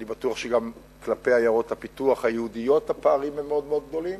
אני בטוח שגם כלפי עיירות הפיתוח היהודיות הפערים הם מאוד מאוד גדולים,